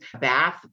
bath